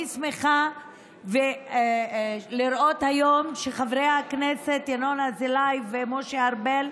אני שמחה לראות היום שחברי הכנסת ינון אזולאי ומשה ארבל,